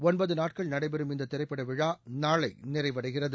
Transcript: ஒன்பது நாட்கள் நடைபெறும் இந்த திரைப்பட விழா நாளை நிறைவடைகிறது